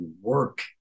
work